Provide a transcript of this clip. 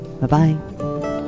Bye-bye